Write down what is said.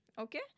okay